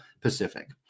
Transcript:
Pacific